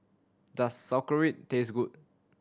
does Sauerkraut taste good